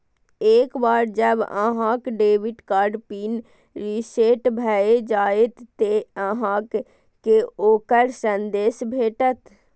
एक बेर जब अहांक डेबिट कार्ड पिन रीसेट भए जाएत, ते अहांक कें ओकर संदेश भेटत